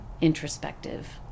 introspective